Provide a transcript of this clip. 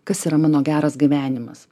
kas yra mano geras gyvenimas